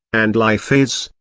and life is,